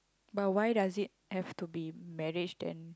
but why does it have to be marriage then